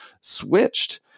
switched